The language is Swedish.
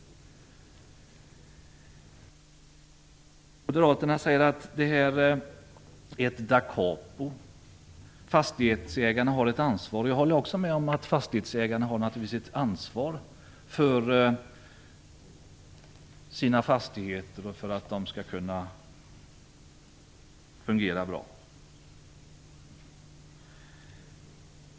Moderaterna säger att det här är ett dakapo. Fastighetsägarna har ett ansvar. Jag håller också med om att fastighetsägarna naturligtvis har ett ansvar för sina fastigheter och för att de skall fungera bra.